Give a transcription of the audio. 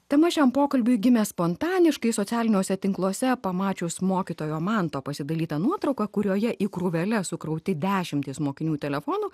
tema šiam pokalbiui gimė spontaniškai socialiniuose tinkluose pamačius mokytojo manto pasidalytą nuotrauką kurioje į krūveles sukrauti dešimtys mokinių telefonų